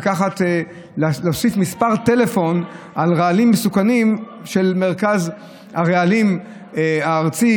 לקחת ולהוסיף על רעלים מסוכנים מספר טלפון של מרכז הרעלים הארצי,